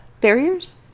Barriers